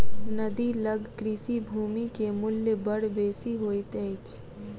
नदी लग कृषि भूमि के मूल्य बड़ बेसी होइत अछि